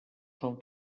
són